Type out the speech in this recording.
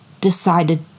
decided